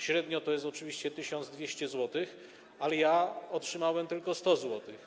Średnio to jest oczywiście 1200 zł, ale ja otrzymałem tylko 100 zł.